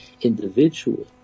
individual